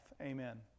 amen